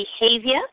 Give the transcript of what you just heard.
behavior